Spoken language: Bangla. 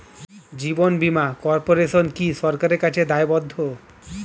জীবন বীমা কর্পোরেশন কি সরকারের কাছে দায়বদ্ধ?